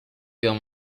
guerre